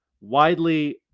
widely